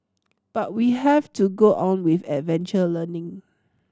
but we have to go on with adventure learning